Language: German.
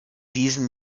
diesen